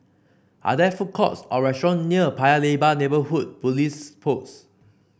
are there food courts or restaurant near Paya Lebar Neighbourhood Police Post